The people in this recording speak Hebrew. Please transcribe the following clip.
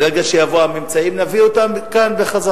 ברגע שיבואו הממצאים נביא אותם לכאן.